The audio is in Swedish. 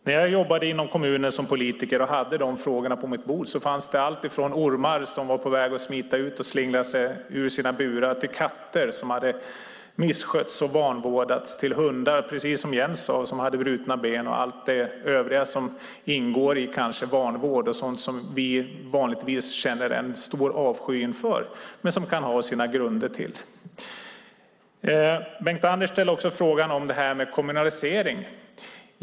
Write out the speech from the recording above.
När jag jobbade inom kommunen som politiker och hade de frågorna på mitt bord fanns det alltifrån ormar som var på väg att slingra sig ur sina burar till katter som hade misskötts och vanvårdats och hundar som, precis som Jens sade, hade brutna ben och allt det övriga som kanske ingår i vanvård och sådant som vi vanligtvis känner en stor avsky inför men som kan ha sina grunder. Bengt-Anders ställde också frågan om det här med kommunalisering.